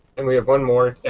and we have one more.